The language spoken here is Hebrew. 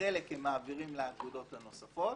וחלק מעבירים לאגודות הנוספות,